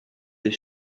des